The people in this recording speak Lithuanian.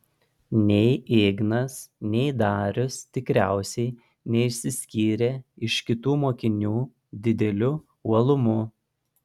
nei ignas nei darius tikriausiai neišsiskyrė iš kitų mokinių dideliu uolumu